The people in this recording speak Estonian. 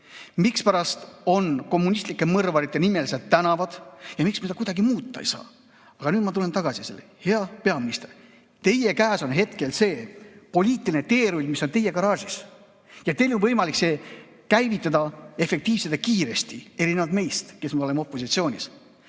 mispärast on kommunistlike mõrvarite nimelised tänavad ja miks me seda kuidagi muuta ei saa. Aga nüüd ma tulen tagasi teema juurde. Hea peaminister! Teie käes on hetkel see poliitiline teerull, see on teie garaažis. Teil on võimalik see käivitada efektiivselt ja kiiresti, erinevalt meist, kes me oleme opositsioonis.